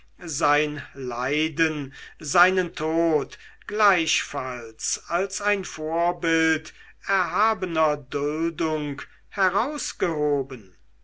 sein leiden seinen tod gleichfalls als ein vorbild erhabener duldung herausgehoben